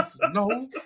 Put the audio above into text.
No